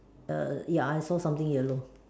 err ya I saw something yellow